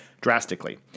drastically